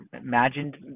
imagined